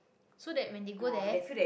so that when they go there